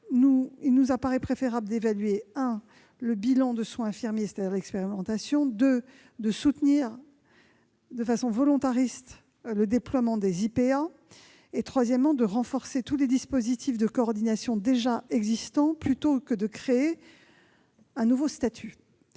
Il nous apparaît donc préférable d'évaluer le bilan de soins infirmiers, c'est-à-dire l'expérimentation, de soutenir de façon volontariste le déploiement des infirmiers de pratique avancée et de renforcer tous les dispositifs de coordination déjà existants, au lieu de créer un nouveau statut,